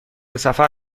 سفر